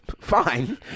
Fine